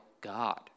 God